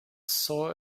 saw